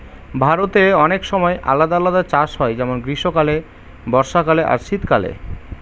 ভারতে অনেক সময় আলাদা আলাদা চাষ হয় যেমন গ্রীস্মকালে, বর্ষাকালে আর শীত কালে